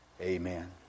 Amen